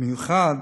ובמיוחד